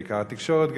בעיקר גם התקשורת,